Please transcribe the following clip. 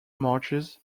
marshes